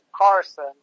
Carson